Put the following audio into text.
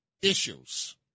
issues